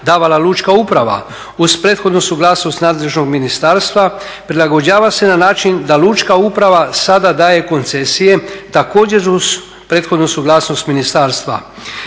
davala lučka uprava uz prethodnu suglasnost nadležnog ministarstva, prilagođava se na način da lučka uprava sada daje koncesije, također uz prethodnu suglasnost ministarstva.